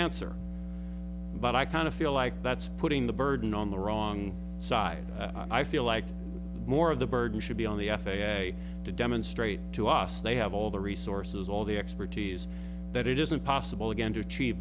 answer but i kind of feel like that's putting the burden on the wrong side i feel like more of the burden should be on the f a a to demonstrate to us they have all the resources all the expertise that it isn't possible again to achieve